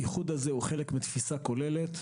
האיחוד הזה הוא חלק מתפיסה כוללת,